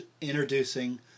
introducing